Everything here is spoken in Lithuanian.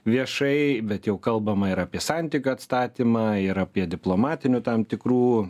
viešai bet jau kalbama ir apie santykių atstatymą ir apie diplomatinių tam tikrų